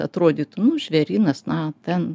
atrodytų nu žvėrynas na ten